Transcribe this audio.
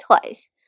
twice